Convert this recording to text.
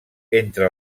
entre